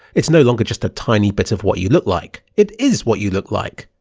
it's no longer just a tiny bit of what you look like. it is what you look like.